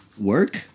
work